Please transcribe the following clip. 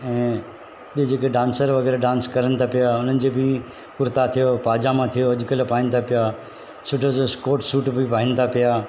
ऐं ॿे जेके डांसर डांस करनि था पिया उन्हनि जे बि कुर्ता थियो पैजामा थियो सुठो स्कॉट सूट बि पाइनि था पिया